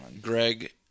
Greg